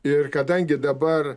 ir kadangi dabar